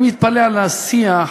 אני מתפלא על השיח,